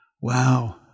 Wow